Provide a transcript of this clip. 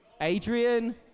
Adrian